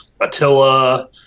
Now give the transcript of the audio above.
attila